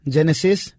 Genesis